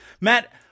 Matt